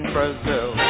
Brazil